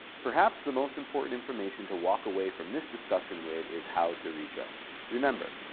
perhaps the most important information to walk away from this discussion with is how to reach us. remember,